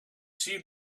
see